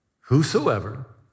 Whosoever